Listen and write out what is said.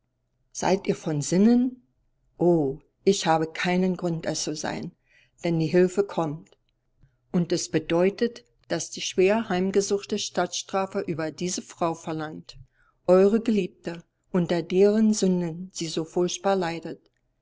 seid ihr von sinnen o ich habe keinen grund es zu sein denn die hilfe kommt und es bedeutet daß die schwer heimgesuchte stadt strafe über diese frau verlangt eure geliebte unter deren sünden sie so furchtbar leidet